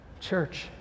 Church